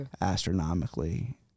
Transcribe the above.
astronomically